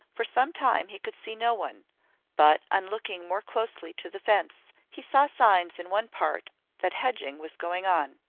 for some time he could see no one but, on looking more closely to the fence, he saw signs in one part that hedging was going on.